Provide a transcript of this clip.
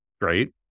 great